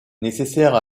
nécessaire